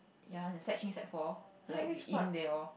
ya sec three sec four like with Ying they all